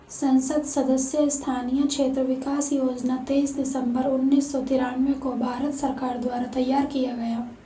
संसद सदस्य स्थानीय क्षेत्र विकास योजना तेईस दिसंबर उन्नीस सौ तिरान्बे को भारत सरकार द्वारा तैयार किया गया